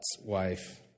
wife